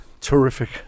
Terrific